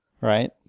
right